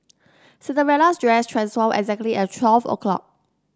Cinderella's dress transformed exactly at twelve o' clock